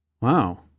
wow